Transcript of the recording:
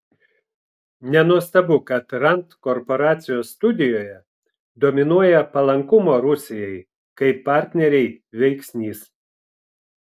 nenuostabu kad rand korporacijos studijoje dominuoja palankumo rusijai kaip partnerei veiksnys